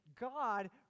God